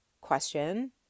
question